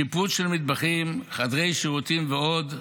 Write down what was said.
שיפוץ של מטבחים, חדרי שירותים ועוד,